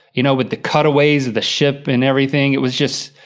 you know, with the cutaways of the ship and everything. it was just,